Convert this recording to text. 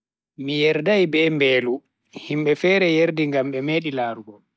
Mi yerdai be mbelu. Himbe fere yerdi ngam be medi larugo.